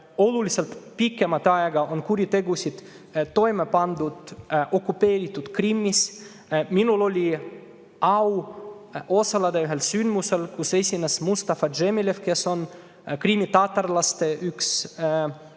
oluliselt pikemat aega on kuritegusid toime pandud okupeeritud Krimmis. Minul oli au osaleda ühel sündmusel, kus esines Mustafa Džemiljev, kes on üks krimmitatarlaste liider.